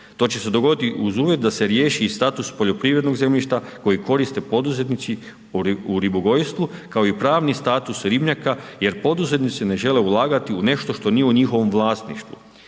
To će se dogoditi uz uvjet da se riješi i status poljoprivrednog zemljišta koji koriste poduzetnici u ribogojstvu kao i pravni status ribnjaka jer poduzetnici ne žele ulagati u nešto što nije u njihovom vlasništvu